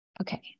Okay